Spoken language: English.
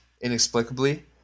inexplicably